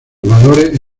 valores